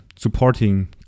supporting